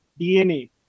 DNA